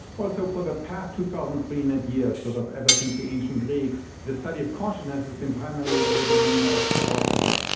well, so for the past two thousand three hundred years, sort of ever since the ancient greeks, the study of consciousness has been primarily the domain ah of philosophers,